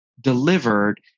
delivered